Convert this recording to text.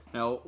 Now